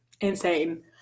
Insane